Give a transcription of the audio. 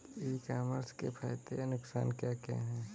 ई commerce के फायदे या नुकसान क्या क्या हैं?